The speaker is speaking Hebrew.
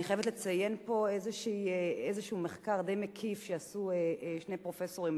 אני חייבת לציין פה מחקר די מקיף שעשו שני פרופסורים.